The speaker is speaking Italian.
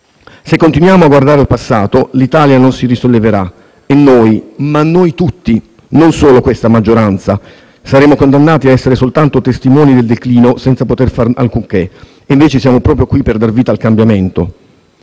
Se continuiamo a guardare al passato, l'Italia non si risolleverà e noi, ma noi tutti, non solo questa maggioranza, saremo condannati a essere soltanto testimoni del declino senza poter fare alcunché, invece siamo qui proprio per dar vita al cambiamento.